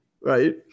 right